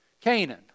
Canaan